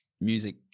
music